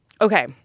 Okay